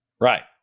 Right